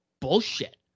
bullshit